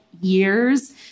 years